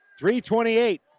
3.28